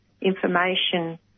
information